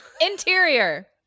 interior